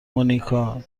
مونیکا